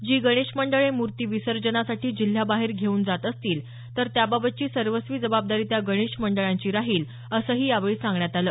जी गणेश मंडळे मूर्ती विसर्जनासाठी जिल्ह्याबाहेर घेऊन जात असतील तर त्याबाबतची सर्वस्वी जबाबदारी त्या गणेश मंडळाची राहील असंही यावेळी सांगण्यात आलं